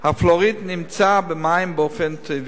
הפלואוריד נמצא במים באופן טבעי.